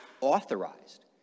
authorized